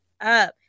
up